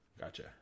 gotcha